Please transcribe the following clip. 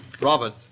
Robert